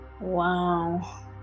Wow